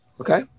Okay